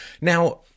Now